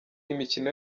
imikino